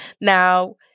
Now